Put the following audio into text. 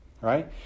right